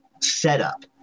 setup